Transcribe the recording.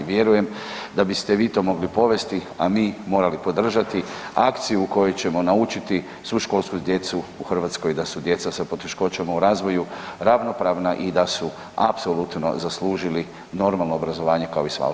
Vjerujem da biste vi to mogli povesti, a mi morali podržati akciju u kojoj ćemo naučiti svu školsku djecu u Hrvatskoj da su djeca sa poteškoćama u razvoju ravnopravna i da su apsolutno zaslužili normalno obrazovanje kao i sva ostala djeca.